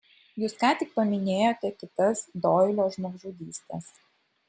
jūs ką tik paminėjote kitas doilio žmogžudystes